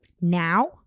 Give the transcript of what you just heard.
Now